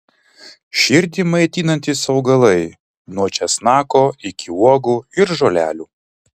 širdį maitinantys augalai nuo česnako iki uogų ir žolelių